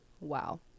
Wow